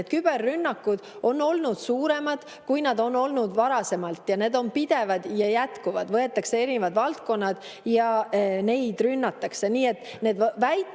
Need küberrünnakud on olnud suuremad, kui nad on olnud varasemalt, ja need on pidevad ja jätkuvad. Võetakse erinevad valdkonnad, mida rünnatakse. Nii et kõik need väited